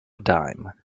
dime